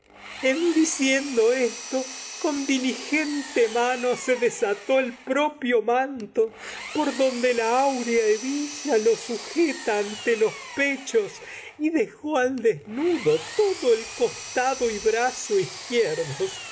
en diciendo esto manto por diligente áurea desató sujeta y a propio los donde al la hebilla todo lo ante pechos y dejó me desnudo el costado podía brazo izquierdos